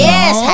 Yes